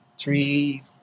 Three